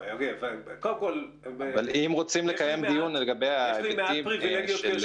אבל אם רוצים לקיים דיון לגבי ההיבטים --- יש לי מעט